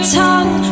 tongue